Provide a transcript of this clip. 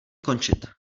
končit